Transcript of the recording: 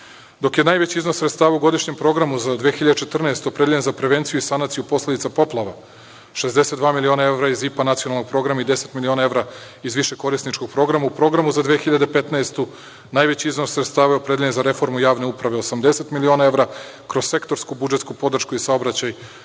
Dok je najveći iznos sredstava u godišnjem programu za 2014. godinu opredeljen za prevenciju i sanaciju posledica poplava, 62.000.000 evra iz IPA nacionalnog programa i 10.000.000 evra iz višekorisničkog programa, u programu za 2015. godinu najveći iznos sredstava je opredeljen za reformu javne uprave - 80.000.000 evra, kroz sektorsku budžetsku podršku i saobraćaj